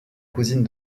cousine